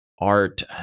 art